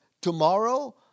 tomorrow